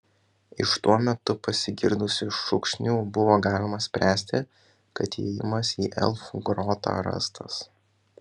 iš tuo metu pasigirdusių šūksnių buvo galima spręsti kad įėjimas į elfų grotą rastas